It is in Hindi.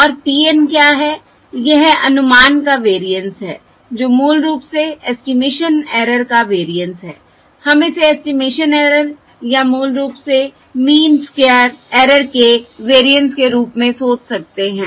और p n क्या है यह अनुमान का वेरिएंस है जो मूल रूप से ऐस्टीमेशन एरर का वेरिएंस है हम इसे ऐस्टीमेशन एरर या मूल रूप से मीन स्क्वायर एरर के वेरिएंस के रूप में सोच सकते हैं